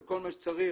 אז אנחנו נגיע אליכם,